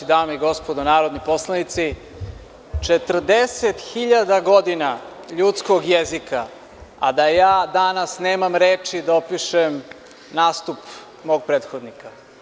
Dame i gospodo narodni poslanici, 40 hiljada godina ljudskog jezika, a da ja danas nemam reči da opišem nastup mog prethodnika.